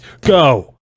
go